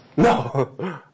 No